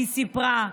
היא סיפרה.